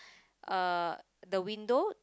uh the window